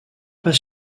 pas